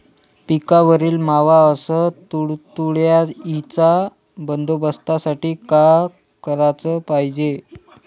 पिकावरील मावा अस तुडतुड्याइच्या बंदोबस्तासाठी का कराच पायजे?